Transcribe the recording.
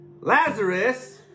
Lazarus